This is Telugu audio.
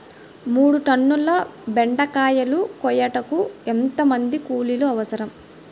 మూడు టన్నుల బెండకాయలు కోయుటకు ఎంత మంది కూలీలు అవసరం?